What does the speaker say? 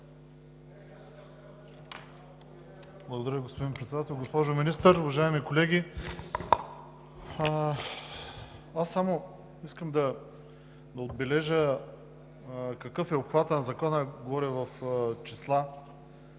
Благодаря, господин Председател. Госпожо Министър, уважаеми колеги! Аз само искам да отбележа какъв е обхватът на Закона – говорим в числа.